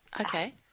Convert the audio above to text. Okay